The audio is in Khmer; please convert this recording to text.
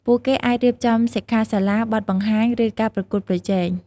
ពួកគេអាចរៀបចំសិក្ខាសាលា បទបង្ហាញ ឬការប្រកួតប្រជែង។